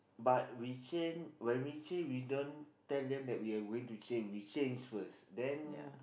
but we change when we change we don't tell them that we are going to change we change first then